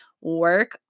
work